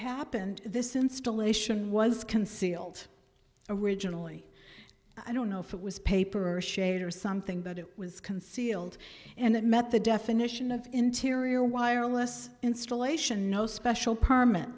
happened this installation was concealed originally i don't know if it was paper or shade or something but it was concealed and it met the definition of interior wireless installation no special perm